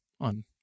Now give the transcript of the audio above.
on